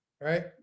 right